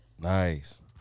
Nice